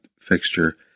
fixture